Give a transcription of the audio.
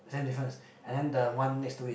then difference and then the one next to it